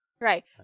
Right